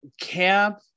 Camp